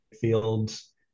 fields